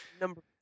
number